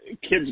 kids